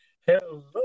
Hello